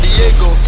Diego